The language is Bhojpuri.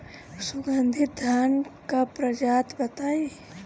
सुगन्धित धान क प्रजाति बताई?